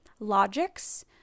Logics